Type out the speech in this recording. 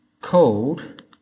called